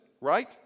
right